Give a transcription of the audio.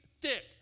thick